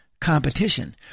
competition